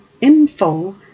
info